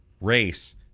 race